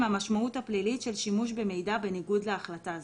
המשמעות הפלילית של שימוש במידע בניגוד להחלטה זו.